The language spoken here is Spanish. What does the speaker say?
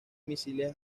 misiles